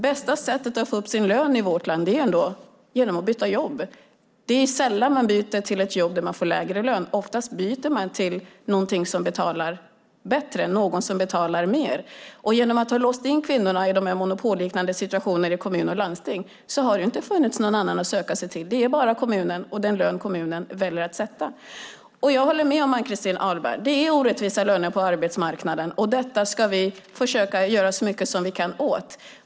Bästa sättet att få upp sin lön i vårt land är ändå genom att byta jobb. Det är sällan man byter till ett jobb där man får lägre lön, oftast byter man till ett jobb hos någon som betalar mer. Genom att man låst in kvinnorna i monopolliknande situationer i kommuner och landsting har det inte funnits någon annan att söka sig till. Det är bara kommunen och den lön kommunen väljer att sätta. Jag håller med Ann-Christin Ahlberg om att det är orättvisa löner på arbetsmarknaden, och detta ska vi försöka göra så mycket vi kan åt.